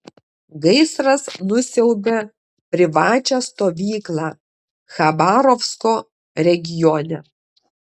gaisras nusiaubė privačią stovyklą chabarovsko regione